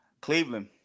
Cleveland